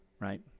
right